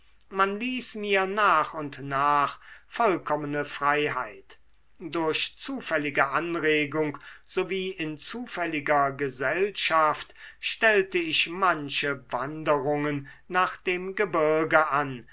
man ließ mir nach und nach vollkommene freiheit durch zufällige anregung sowie in zufälliger gesellschaft stellte ich manche wanderungen nach dem gebirge an